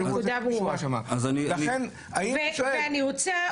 לכן אני שואל,